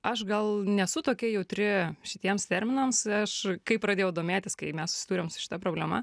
aš gal nesu tokia jautri šitiems terminams aš kai pradėjau domėtis kai mes susidūrėm su šita problema